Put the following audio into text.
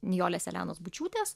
nijolės elenos bučiūtės